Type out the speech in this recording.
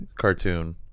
cartoon